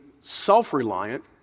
self-reliant